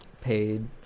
paid